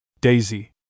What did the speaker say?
Daisy